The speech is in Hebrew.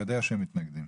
אתה יודע שהם מתנגדים.